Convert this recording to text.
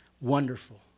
Wonderful